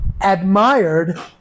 admired